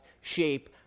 shape